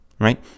Right